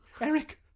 Eric